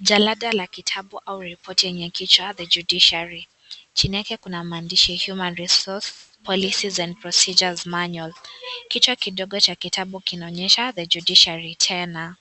Jalada la kitabu au ripoti yenye kichwa the judiciary chini yake kuna maandishi (CS)Human resources policies and procedures manual(CS ), kichwa Kidogo cha kitabu kinaonyesha the judiciary tena,